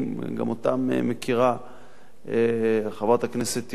גם אותם מכירה חברת הכנסת תירוש,